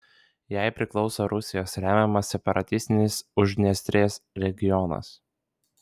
jai priklauso rusijos remiamas separatistinis uždniestrės regionas